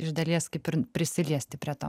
iš dalies kaip ir prisiliesti prie to